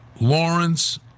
Lawrence